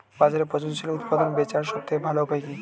বাজারে পচনশীল উৎপাদন বেচার সবথেকে ভালো উপায় কি?